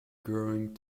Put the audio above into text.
growing